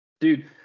Dude